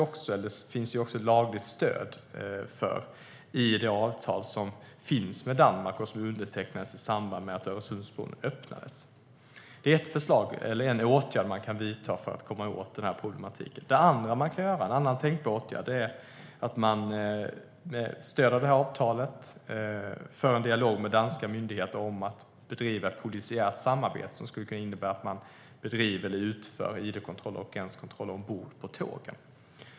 Det finns lagligt stöd för detta i det avtal som finns med Danmark och som undertecknades i samband med att Öresundsbron öppnades. Det är en åtgärd man kan vidta för att komma åt problematiken. En annan tänkbar åtgärd är att man med stöd av avtalet för en dialog med danska myndigheter om att bedriva ett polisiärt samarbete skulle kunna utföra id-kontroller och gränskontroller ombord på tågen.